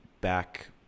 back